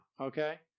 Okay